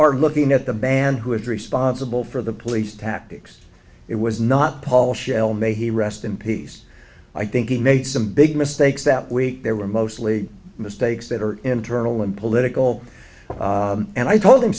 are looking at the band who is responsible for the police tactics it was not paul shell may he rest in peace i think he made some big mistakes that week there were mostly mistakes that are internal and political and i told him